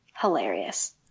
hilarious